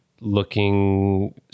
looking